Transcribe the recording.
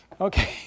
Okay